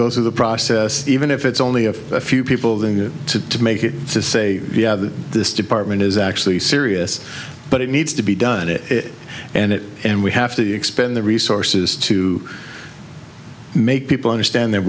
go through the process even if it's only of a few people that to to make it to say this department is actually serious but it needs to be done it and it and we have to expend the resources to make people understand that